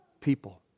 people